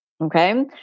Okay